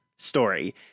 Story